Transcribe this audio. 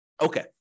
Okay